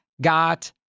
got